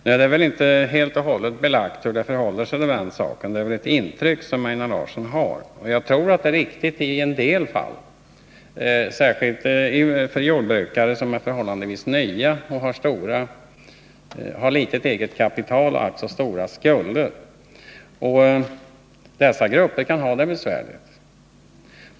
Nu är det nog inte helt och hållet belagt hur det förhåller sig på den här punkten, utan det var väl närmast fråga om ett intryck som Einar Larsson hade. Men jag tror att hans bedömning är riktig i en del fall, särskilt när det gäller jordbrukare som är förhållandevis nya och som har litet eget kapital och alltså stora skulder. Dessa grupper kan ha det besvärligt.